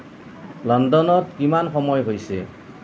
লণ্ডনত কিমান সময় হৈছে